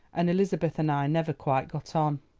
and elizabeth and i never quite got on.